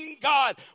God